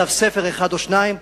נכתבו ספר אחד או שניים,